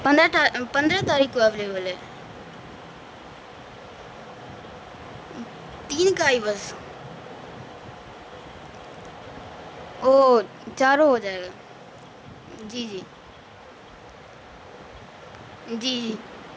پندرہ کا پندرہ تاریخ کو اویلیول ہے تین کا ہی بس او چاروں ہو جائے گا جی جی جی جی